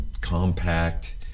compact